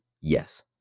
yes